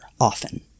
often